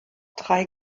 drei